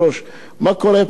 האם זה סוד מדינה?